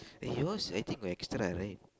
eh yours I think got extra right